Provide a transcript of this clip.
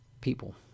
people